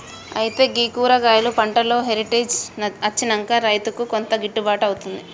అయితే గీ కూరగాయలు పంటలో హెరిటేజ్ అచ్చినంక రైతుకు కొంత గిట్టుబాటు అవుతుంది